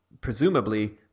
presumably